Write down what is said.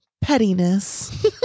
pettiness